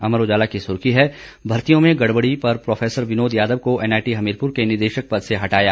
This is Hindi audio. अमर उजाला की सुर्खी है भर्तियों में गड़बड़ी पर प्रो विनोद यादव को एनआईटी हमीरपुर के निदेशक पद से हटाया